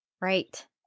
Right